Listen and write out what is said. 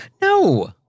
No